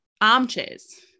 armchairs